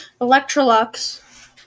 Electrolux